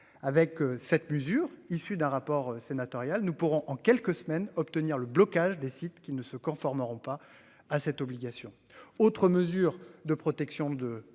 Avec cette mesure issue d'un rapport sénatorial nous pourrons en quelques semaines, obtenir le blocage des sites qui ne se conformeront pas à cette obligation. Autre mesure de protection de